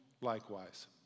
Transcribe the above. likewise